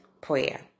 prayer